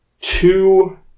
two